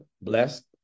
blessed